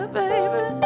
baby